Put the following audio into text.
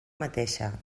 mateixa